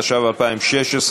התשע"ו 2016,